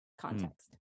context